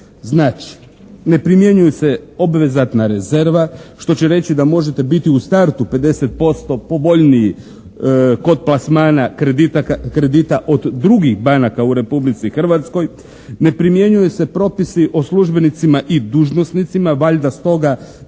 Znači ne primjenjuju se obvezatna rezerva što će reći da možete biti u startu 50% povoljniji kod plasmana kredita od drugih banaka u Republici Hrvatskoj. Ne primjenjuju se propisi o službenicima i dužnosnicima valjda stoga